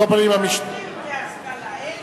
אין, להשכלה.